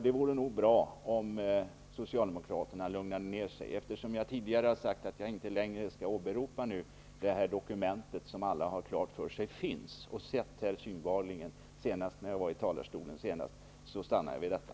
Det vore nog bra om socialdemokraterna lugnade ned sig. Eftersom jag tidigare har sagt att jag inte längre skall åberopa det dokument som alla har klart för sig finns och som man har sett, senast när jag stod i talarstolen för mitt förra inlägg, stannar jag vid detta.